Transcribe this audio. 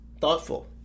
thoughtful